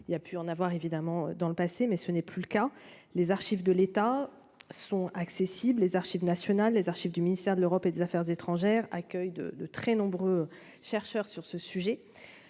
Il a pu en avoir évidemment dans le passé, mais ce n'est plus le cas. Les archives de l'État sont accessibles, les archives nationales, les archives du ministère de l'Europe et des Affaires étrangères, accueil de, de très nombreux chercheurs sur ce sujet